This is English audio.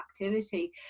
activity